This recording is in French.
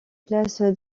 classe